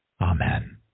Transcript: Amen